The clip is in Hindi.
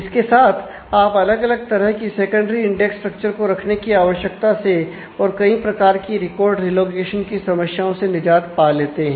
इसके साथ आप अलग अलग तरह की सेकेंडरी इंडेक्स स्ट्रक्चर की समस्याओं से निजात पा लेते हैं